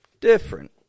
Different